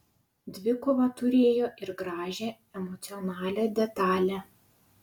dvikova turėjo ir gražią emocionalią detalę